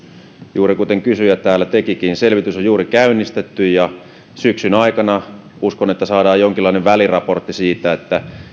juuri kuten kysyjä täällä sanoikin selvitys on juuri käynnistetty ja uskon että syksyn aikana saadaan jonkinlainen väliraportti siitä